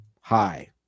hi